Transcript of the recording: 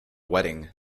wedding